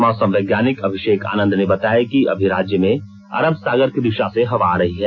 मौसम वैज्ञानिक अभिषेक आनंद ने बताया कि अभी राज्य में अरब सागर की दिशा से हवा आ रही है